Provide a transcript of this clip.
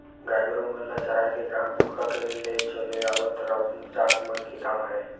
गाय गरु मन ल चराए के काम पुरखा ले चले आवत राउत जात मन के काम हरय